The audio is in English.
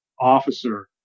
officer